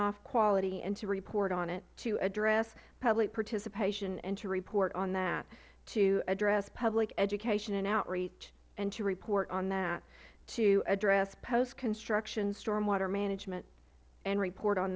off quality and to report on it to address public participation and to report on that to address public education and outreach and to report on that to address post construction stormwater management and report on